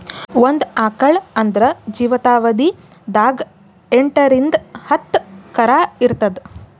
ಒಂದ್ ಆಕಳ್ ಆದ್ರ ಜೀವಿತಾವಧಿ ದಾಗ್ ಎಂಟರಿಂದ್ ಹತ್ತ್ ಕರಾ ಈತದ್